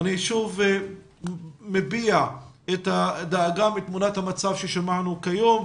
אני שוב מביע את הדאגה מתמונת המצב ששמענו כיום,